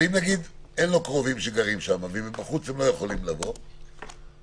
אם אין לו קרובים שגרים שם ומבחוץ לא יכולים לבוא אנשים,